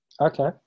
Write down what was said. Okay